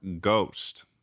ghost